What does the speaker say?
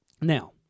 Now